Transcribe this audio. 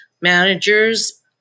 managers